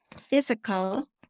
physical